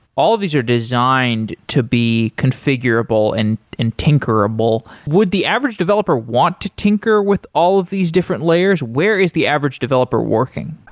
all of these are designed to be configurable and and tinkerable. would the average developer want to tinker with all of these different layers, where is the average developer working?